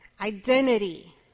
Identity